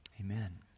amen